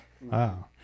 Wow